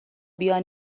بیا